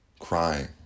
crying